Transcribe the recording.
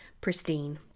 pristine